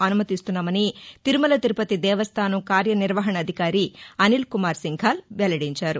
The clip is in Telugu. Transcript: అనుమతిస్తున్నామని తిరుమల తిరుపతి దేవస్దానం కార్యనిర్వాహణ అధికారి అనిల్ కుమార్ సింఘాల్ వెల్లడించారు